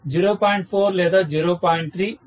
4 లేదా 0